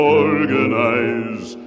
organize